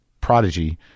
prodigy